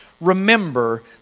remember